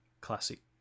Classic